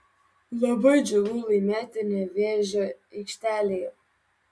labai džiugu laimėti nevėžio aikštelėje